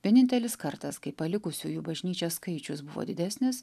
vienintelis kartas kai palikusiųjų bažnyčią skaičius buvo didesnis